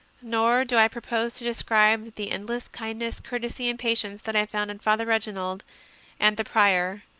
nor do i propose to describe the endless kindness, courtesy, and patience that i found in father reginald and the prior,